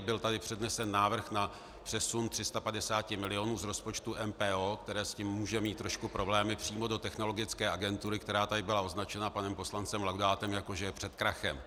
Byl tady přednesen návrh na přesun 350 milionů z rozpočtu MPO, které s tím může mít trošku problémy, přímo do Technologické agentury, která tady byla označena panem poslancem Laudátem, jako že je před krachem.